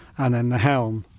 and then the helm,